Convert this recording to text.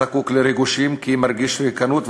שזקוק לריגושים כי הוא מרגיש ריקנות,